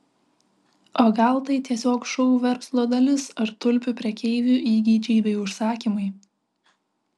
o gal tai tiesiog šou verslo dalis ar tulpių prekeivių įgeidžiai bei užsakymai